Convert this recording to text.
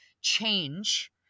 change